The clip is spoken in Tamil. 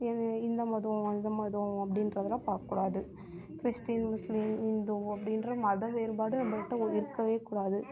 என் இந்த மதம் அந்த மதம் அப்படின்றதுலாம் பார்க்கூடாது கிறிஸ்ட்டின் முஸ்லீம் இந்து அப்படின்ற மத வேறுபாடு நம்பள்கிட்ட ஓ இருக்கவே கூடாது